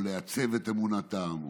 או לעצב את אמונתם,